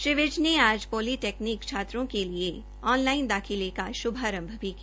श्री विज ने आज पॉलिटेक्निक छात्रों के लिए ऑनलाइन दाखिले का शुभारंभ भी किया